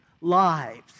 lives